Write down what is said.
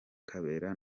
kabera